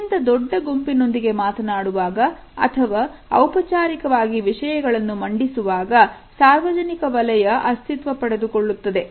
ಅತ್ಯಂತ ದೊಡ್ಡ ಗುಂಪಿನೊಂದಿಗೆ ಮಾತನಾಡುವಾಗ ಅಥವಾ ಔಪಚಾರಿಕವಾಗಿ ವಿಷಯಗಳನ್ನು ಮಂಡಿಸುವಾಗ ಸಾರ್ವಜನಿಕ ವಲಯ ಅಸ್ತಿತ್ವ ಪಡೆದುಕೊಳ್ಳುತ್ತದೆ